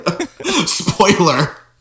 Spoiler